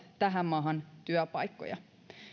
tähän maahan työpaikkoja